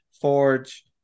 forge